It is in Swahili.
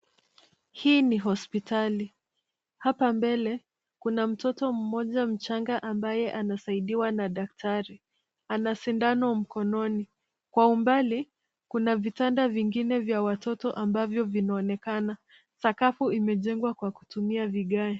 Hii ni hospitali. Hapa mbele kuna mtoto mmoja mchanga ambaye anasaidiwa na daktari. Ana sindano mkononi. Kwa umbali, kuna vitanda vingine vya watoto ambavyo vinaonekana. Sakafu imejengwa kwa kutumia vigae.